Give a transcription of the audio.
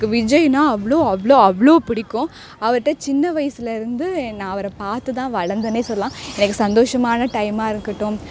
விஜய்னால் அவ்வளோ அவ்வளோ அவ்வளோ பிடிக்கும் அவர்கிட்ட சின்ன வயதுல இருந்து என்ன அவர் பார்த்து தான் வளர்ந்தன்னே சொல்லலாம் எனக்கு சந்தோஷமான டைமாக இருக்கட்டும்